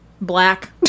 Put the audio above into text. black